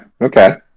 Okay